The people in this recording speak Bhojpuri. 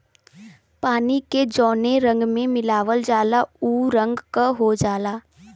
पानी के जौने रंग में मिलावल जाला उ रंग क हो जाला